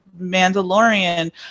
mandalorian